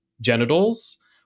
genitals